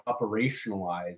operationalize